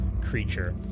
creature